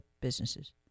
businesses